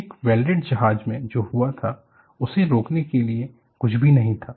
एक वेल्डेड जहाज में जो हुआ था उसे रोकने के लिए कुछ भी नहीं था